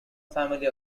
family